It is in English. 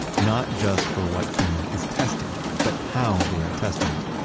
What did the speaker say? not just for what finland is testing, but how they are testing it.